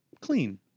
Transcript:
clean